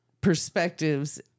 perspectives